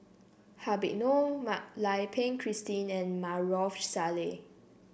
Habib Noh Mak Lai Peng Christine and Maarof Salleh